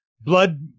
blood